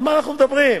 על מה אנחנו מדברים?